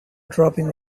dropping